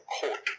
court